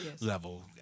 level